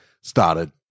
started